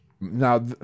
Now